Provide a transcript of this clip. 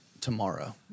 tomorrow